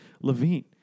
Levine